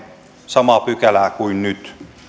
samaa pykälää kuin nyt jos